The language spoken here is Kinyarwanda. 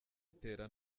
utera